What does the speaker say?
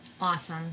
Awesome